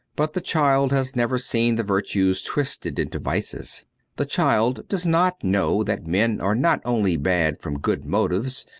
but the child has never seen the virtues twisted into vices the child does not know that men are not only bad from good motives,